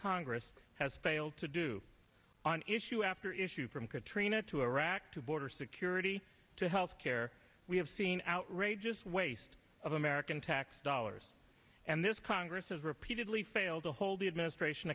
congress has failed to do on issue after issue from katrina to iraq to border security to healthcare we have seen outrageous waste of american tax dollars and this congress has repeatedly failed to hold the administration